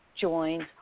joins